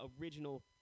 original